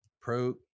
Pro